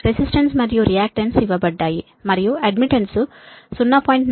resistance మరియు reactance ఇవ్వబడ్డాయి మరియు అడ్మిట్టన్స్ 0